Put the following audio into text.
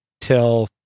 till